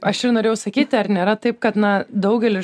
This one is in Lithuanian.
aš ir norėjau sakyti ar nėra taip kad na daugelis